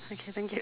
okay thank you